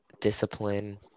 discipline